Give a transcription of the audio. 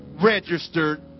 registered